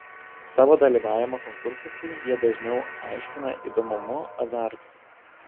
savo dalyvavimą konkursuose jie dažniau aiškina įdomumu azartu